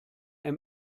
kann